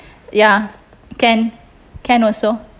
ya can can also